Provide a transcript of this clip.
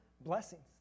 blessings